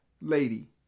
lady